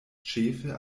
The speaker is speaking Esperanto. ĉefe